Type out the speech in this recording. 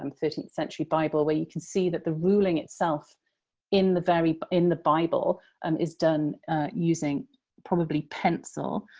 um thirteenth century bible, where you can see that the ruling itself in the very in the bible um is done using probably pencil.